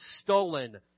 stolen